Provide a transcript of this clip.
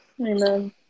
Amen